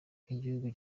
nk’igihugu